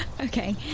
Okay